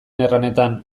erranetan